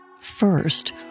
First